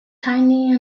tyne